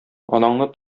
анаңны